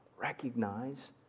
recognize